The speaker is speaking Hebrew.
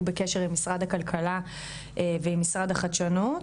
בקשר עם משרד הכלכלה ועם משרד החדשנות.